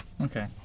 Okay